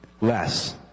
less